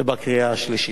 ובקריאה השלישית.